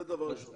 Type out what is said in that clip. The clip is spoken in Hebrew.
זה דבר ראשון.